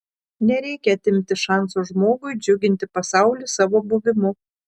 nereikia atimti šanso žmogui džiuginti pasaulį savo buvimu